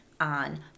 on